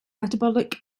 metabolic